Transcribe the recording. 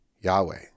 Yahweh